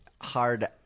hard